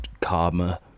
karma